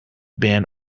being